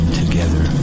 together